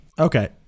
Okay